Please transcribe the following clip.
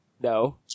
No